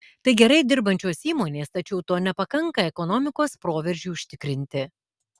tai gerai dirbančios įmonės tačiau to nepakanka ekonomikos proveržiui užtikrinti